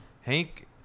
Hank